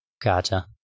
gotcha